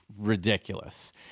ridiculous